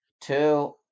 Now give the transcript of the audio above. Two